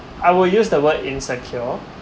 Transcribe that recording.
I will use the word insecure